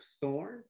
Thorn